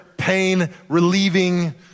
pain-relieving